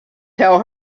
tell